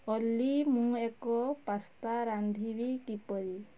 ଅଲି ମୁଁ ଏକ ପାସ୍ତା ରାନ୍ଧିବି କିପରି